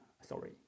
Sorry